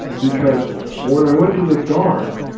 because when i went to the dark,